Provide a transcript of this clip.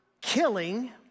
killing